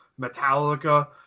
Metallica